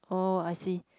oh I see